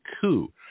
coup